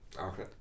okay